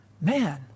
man